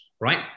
Right